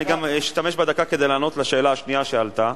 אני אשתמש בדקה כדי לענות לשאלה השנייה שעלתה,